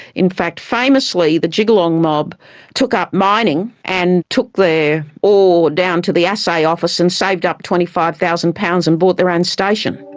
in fact famously the jigalong mob took up mining and took their ore down to the assay office and saved up twenty five thousand pounds and bought their own station.